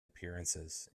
appearances